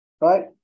right